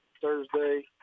Thursday